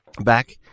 back